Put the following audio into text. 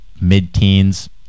mid-teens